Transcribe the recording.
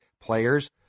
players